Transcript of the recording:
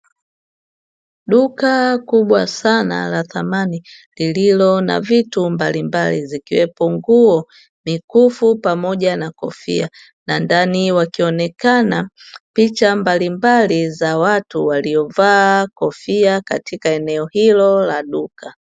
Duka kubwa sana la samani lililo na vitu mbalimbali ikiwepo nguo, mikufu pamoja na kofia na ndani wakionekana picha mbalimbali za watu waliovaa kofia katika eneo hilo la duka.